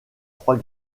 trois